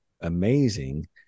amazing